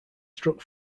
struck